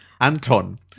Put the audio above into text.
Anton